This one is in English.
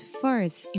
first